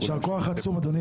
תודה רבה יואל,